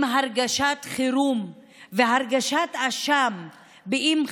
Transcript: בין זה לבין לתת לציבור להיות מבוהלים עם הרגשת חירום והרגשת אשם אם,